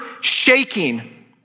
shaking